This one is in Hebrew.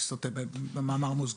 אומר במאמר מוסגר: